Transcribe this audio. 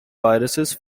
viruses